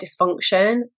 dysfunction